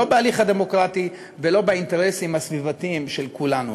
לא בהליך הדמוקרטי ולא באינטרסים הסביבתיים של כולנו.